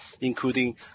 including